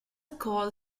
call